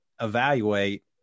evaluate